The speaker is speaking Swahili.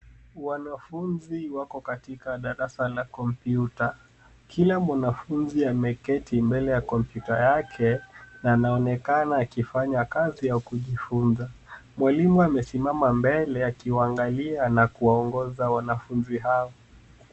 Wanafunzi wako katika darasa la kompyuta. Kila mwanafunzi ameketi mbele ya kompyuta yake na anaonekana akifanya kazi ya kujifunza. Mwalimu amesimama mbele akiwaangalia na kuwaongoza wanafunzi hao.